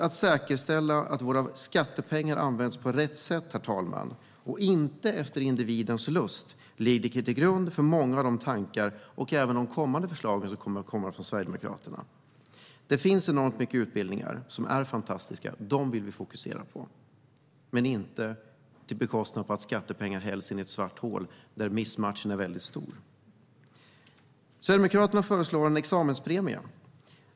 Att säkerställa att våra skattepengar används på rätt sätt och inte efter individens lust ligger till grund för många av Sverigedemokraternas tankar och kommande förslag. Det finns många utbildningar som är fantastiska, och dem vill vi fokusera på. Men skattepengar ska inte hällas in i ett svart hål där missmatchningen är stor. Sverigedemokraterna föreslår en examenspremie.